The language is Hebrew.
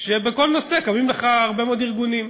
בכל נושא קמים לך הרבה מאוד ארגונים.